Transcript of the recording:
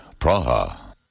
Praha